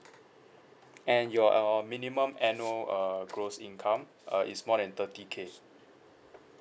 and your uh minimum annual uh gross income uh is more than thirty K